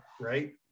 Right